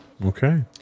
Okay